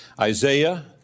Isaiah